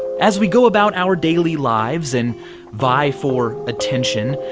as we go about our daily lives and vie for attention,